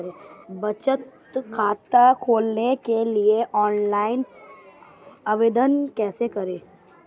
बचत खाता खोलने के लिए ऑनलाइन आवेदन कैसे करें?